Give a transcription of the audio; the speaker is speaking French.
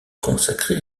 consacrée